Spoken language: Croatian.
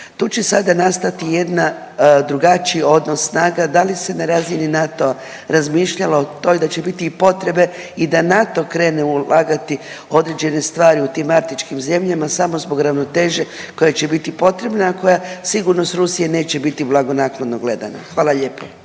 Tu će sada nastati jedna drugačiji odnos snaga, da li se na razini NATO-a razmišljalo o toj da će biti i potrebe i da NATO krene ulagati određene stvari u tim arktičkim zemljama samo zbog ravnoteže koja će biti potrebna, a koja sigurno s Rusije neće biti blagonaklono gledana, hvala lijepo.